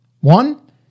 One